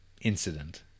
incident